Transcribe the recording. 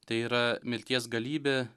tai yra mirties galybė